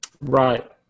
right